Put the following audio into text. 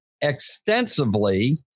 extensively